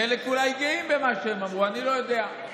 חלק אולי גאים במה שהם אמרו, אני לא יודע.